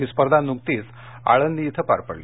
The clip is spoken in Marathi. ही स्पर्धा नुकतीच आळंदी इथं पार पडली